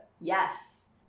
Yes